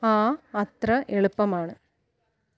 ആ അത്ര എളുപ്പമാണ്